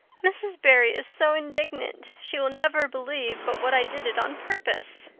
mrs. barry is so indignant. she will never believe but what i did it on purpose.